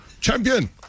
Champion